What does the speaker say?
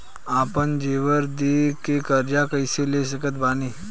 आपन जेवर दे के कर्जा कइसे ले सकत बानी?